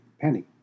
penny